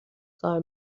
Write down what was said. کار